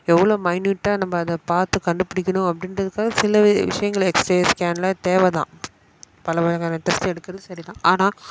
எவ்வளோ மைனியூட்டாக நம்ம அதை பார்த்து கண்டுப்பிடிக்கணும் அப்படின்றதுக்காக சில வி விஷயங்கள எக்ஸ்ரே ஸ்கேன்லாம் தேவை தான் பலவகையான டெஸ்ட் எடுக்கிறது சரி தான் ஆனால்